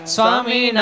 Swami